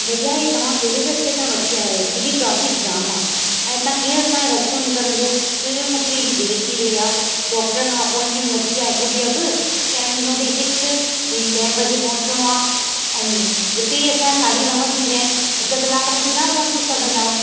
भैया हीउ तव्हां कहिड़े रस्ते तां वठी आया आहियो केॾी ट्राफ़िक जाम आहे ऐं हितां कीअं असांजो रस्तो निकिरींदो पहिरियों मूंखे हेॾी देरि थी रही आहे डॉक्टर खां अपॉइंटमेंट वरिती आहे हिकु ॾींहुं अॻु टेम ॾिनो अथईं फिक्स भई ॾहें बजे पहुचणो आहे ऐं हिते ई असांजा साढी नव थी विया आहिनि अधु कलाक में केॾांहुं पहुची सघंदासीं